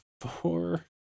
four